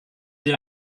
sie